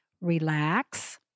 Relax